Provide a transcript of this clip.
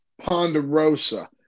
Ponderosa